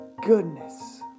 goodness